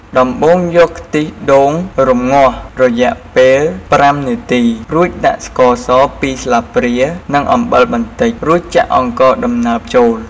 ដំបូងយកខ្ទិះដូចរំងាស់រយៈពេល៥នាទី រួចដាក់ស្ករស២ស្លាបព្រា និងអំបិលបន្តិច រួចចាក់អង្ករដំណើបចូល។